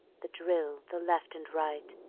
the drill, the left and right,